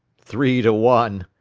three to one!